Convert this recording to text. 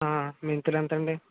మెంతులు ఎంత అండి